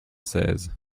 seize